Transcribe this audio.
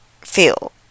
feel